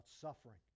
suffering